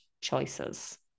choices